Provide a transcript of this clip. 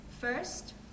First